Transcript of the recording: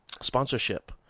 sponsorship